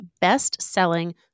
best-selling